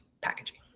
packaging